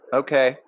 okay